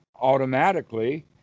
automatically